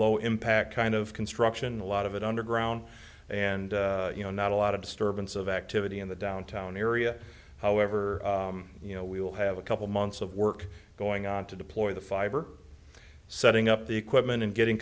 low impact kind of construction a lot of it underground and you know not a lot of disturbance of activity in the downtown area however you know we will have a couple months of work going on to deploy the fiber setting up the equipment and getting